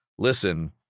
listen